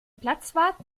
platzwart